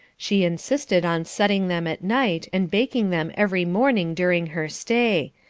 she insisted on setting them at night, and baking them every morning during her stay,